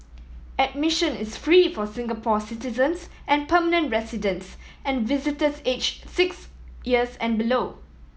admission is free for Singapore citizens and permanent residents and visitors aged six years and below